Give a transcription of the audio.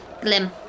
Glim